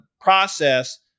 process